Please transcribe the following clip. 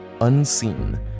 Unseen